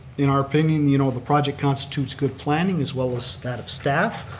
in our opinion, you know the project constitutes good planning as well as that of staff.